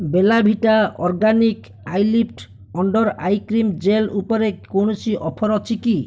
Bella Vita organic eyelift under eye cream gel ଉପରେ କୌଣସି offer ଅଛି କି